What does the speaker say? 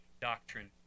doctrine